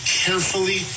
carefully